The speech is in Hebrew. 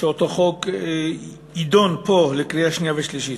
שאותו חוק יידון פה בקריאה שנייה ושלישית.